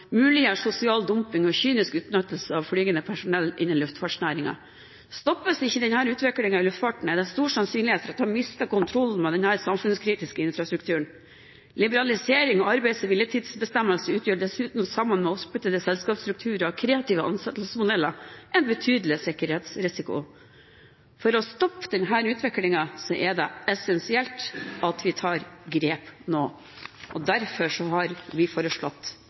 muliggjør sosial dumping og kynisk utnyttelse av flygende personell innen luftfartsnæringen. Stoppes ikke denne utviklingen i luftfarten, er det stor sannsynlighet for at man mister kontrollen med denne samfunnskritiske infrastrukturen. Liberaliseringen av arbeids- og hviletidsbestemmelser utgjør dessuten sammen med oppsplittede selskapsstrukturer og kreative ansettelsesmodeller en betydelig sikkerhetsrisiko. For å stoppe denne utviklingen er det essensielt at vi tar grep nå. Derfor har vi – i dette bildet – foreslått